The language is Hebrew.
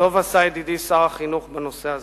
וטוב עשה ידידי שר החינוך בנושא הזה.